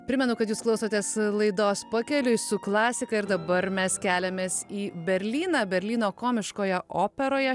primenu kad jūs klausotės laidos pakeliui su klasika ir dabar mes keliamės į berlyną berlyno komiškoje operoje